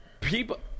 people